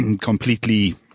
completely